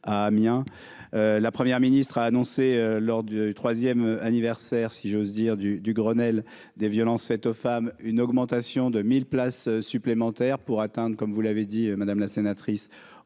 la première ministre a annoncé lors du 3ème anniversaire, si j'ose dire du du Grenelle des violences faites aux femmes, une augmentation de 1000 places supplémentaires pour atteinte, comme vous l'avez dit madame la sénatrice